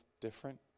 different